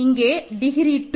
இங்கே டிகிரி 2